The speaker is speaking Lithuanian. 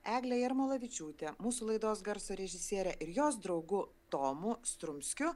egle jarmolavičiūte mūsų laidos garso režisiere ir jos draugu tomu strumskiu